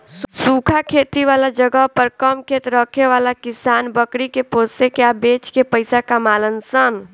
सूखा खेती वाला जगह पर कम खेत रखे वाला किसान बकरी के पोसे के आ बेच के पइसा कमालन सन